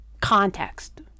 context